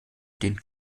den